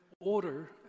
order